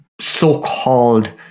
so-called